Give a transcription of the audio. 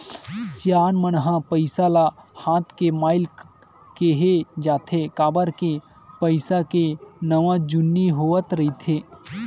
सियान मन ह पइसा ल हाथ के मइल केहें जाथे, काबर के पइसा के नवा जुनी होवत रहिथे